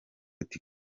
ati